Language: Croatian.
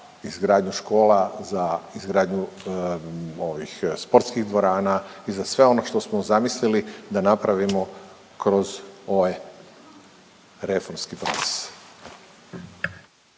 izgradnju škola, za izgradnju sportskih dvorana i za sve ono što smo zamislili da napravimo kroz ovaj reformski proces.